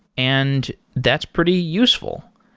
and that's pretty useful.